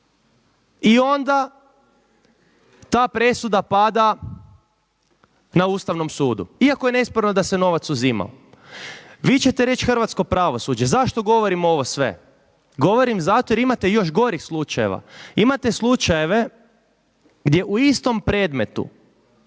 i onda ta presuda pada na Ustavnom sudu iako je nesporno da se novac uzimao. Vi ćete reći hrvatsko pravosuđe, zašto govorom ovo sve? Govorim zato jer imate još gorih slučajeva. Imate slučajeve gdje u istom predmetu